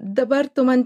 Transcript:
dabar tu man